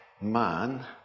man